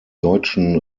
deutschen